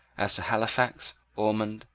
as to halifax, ormond,